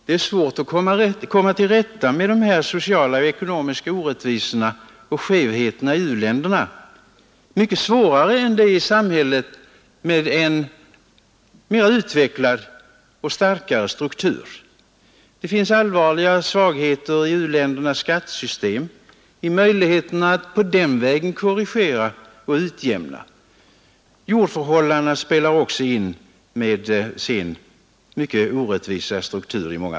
Det är svårt att komma till rätta med de sociala och ekonomiska orättvisorna och skevheterna i u-länderna, mycket svårare än i samhällen med en starkare och mer utvecklad struktur. Det finns allvarliga svagheter i u-ländernas skattesystem och möjligheterna att den vägen korrigera och utjämna. Jordförhållandena spelar också in med sin i många fall mycket orättvisa struktur.